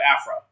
afro